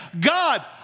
God